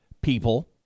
people